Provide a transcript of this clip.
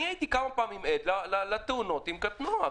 אני הייתי כמה פעמים עד לתאונות עם קטנוע,